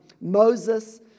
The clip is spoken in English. Moses